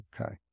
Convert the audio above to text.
Okay